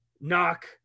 knock